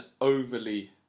overly